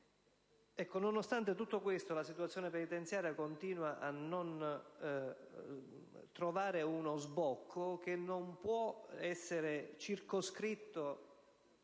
nonostante tutto questo, la situazione penitenziaria continua a non trovare uno sbocco, che non può essere circoscritto